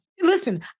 listen